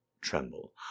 tremble